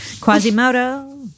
Quasimodo